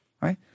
right